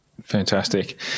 Fantastic